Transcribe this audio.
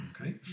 Okay